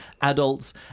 adults